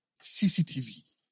CCTV